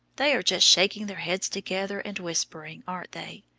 they are just shaking their heads together and whispering, aren't they?